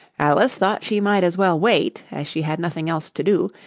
alice thought she might as well wait, as she had nothing else to do,